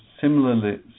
similarly